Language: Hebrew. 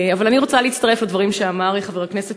אני רוצה להודות לכם,